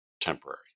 temporary